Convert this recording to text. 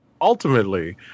ultimately